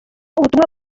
ubutumwa